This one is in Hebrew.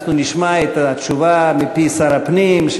אנחנו נשמע את התשובה מפי שר הפנים,